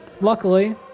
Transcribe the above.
Luckily